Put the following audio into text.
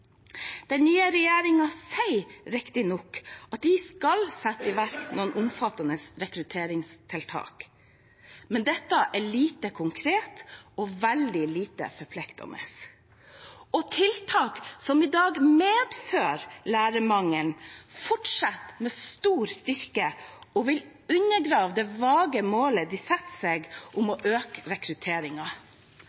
Den nye regjeringen sier riktignok at de skal sette i verk noen omfattende rekrutteringstiltak. Men dette er lite konkret og veldig lite forpliktende. Og tiltak som i dag medfører lærermangel, fortsetter med stor styrke og vil undergrave dette vage målet de setter seg om